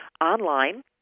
online